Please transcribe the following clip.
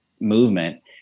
movement